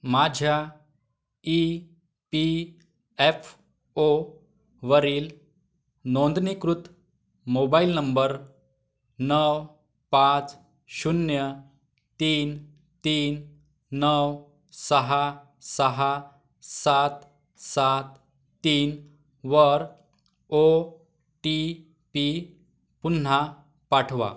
माझ्या E P F ओवरील नोंदणीकृत मोबाईल नंबर नऊ पाच शून्य तीन तीन नऊ सहा सहा सात सात तीनवर ओ टी पी पुन्हा पाठवा